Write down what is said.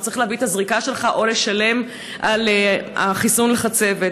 אתה צריך להביא את הזריקה שלך או לשלם על החיסון לחצבת.